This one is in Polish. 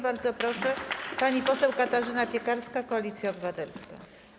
Bardzo proszę, pani poseł Katarzyna Piekarska, Koalicja Obywatelska.